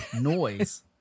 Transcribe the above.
noise